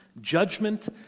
judgment